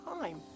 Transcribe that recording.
time